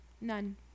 None